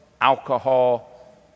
alcohol